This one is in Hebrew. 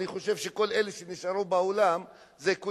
אני חושב שכל אלה שנשארו באולם זה כל